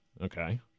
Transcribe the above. Okay